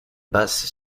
basse